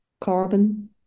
carbon